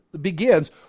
begins